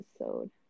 episode